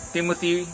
Timothy